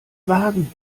wagen